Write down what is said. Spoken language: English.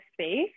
space